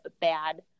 bad